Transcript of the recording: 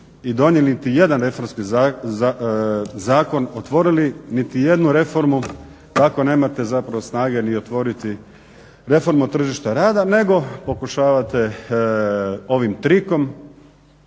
i donijeli niti jedan reformski zakon, otvorili niti jednu reformu tako nemate snage otvoriti reformu tržišta rada nego pokušavate ovim trikom